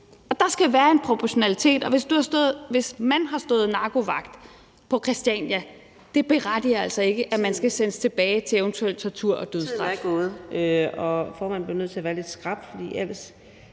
Der skal være en proportionalitet, og hvis man har stået narkovagt på Christiania, berettiger det altså ikke til, at man skal sendes tilbage til eventuel tortur og dødsstraf.